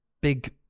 big